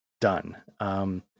done